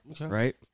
right